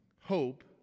hope